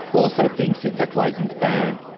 also thinks it's a clayton's ban.